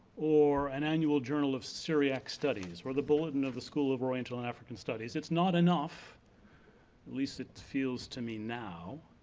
or an annual journal of syriac studies, or the bulletin of the school of royal and african studies. it's not enough, at least it feels to me now,